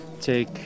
take